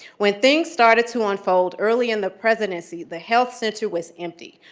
when things started to unfold early in the presidency, the health center was empty.